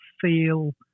feel